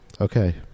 okay